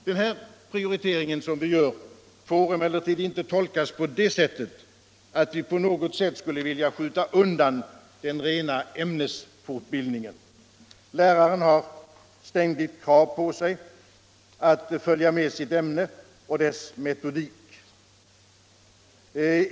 Den prioritering vi gör får emellertid inte tolkas på det sättet att vi på något sätt skulle vilja skjuta undan den rena ämnesfortbildningen. Läraren har ständigt krav på sig att följa med sitt ämne och dess metodik.